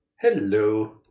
Hello